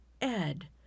Ed